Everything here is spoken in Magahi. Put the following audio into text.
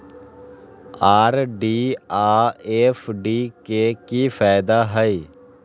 आर.डी आ एफ.डी के कि फायदा हई?